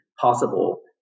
possible